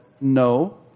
no